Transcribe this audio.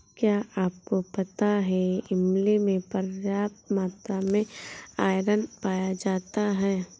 क्या आपको पता है इमली में पर्याप्त मात्रा में आयरन पाया जाता है?